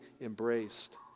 embraced